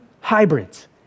hybrids